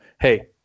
hey